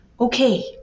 okay